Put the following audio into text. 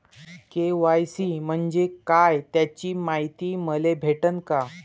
KYC म्हंजे काय त्याची मायती मले भेटन का?